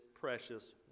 precious